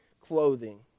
clothing